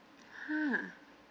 (huh)